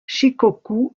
shikoku